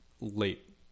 late